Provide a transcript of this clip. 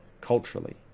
culturally